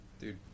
Dude